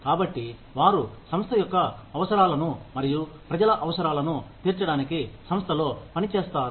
కాబట్టి వారు సంస్థ యొక్క అవసరాలను మరియు ప్రజల అవసరాలను తీర్చడానికి సంస్థలో పని చేస్తారు